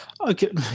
Okay